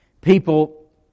People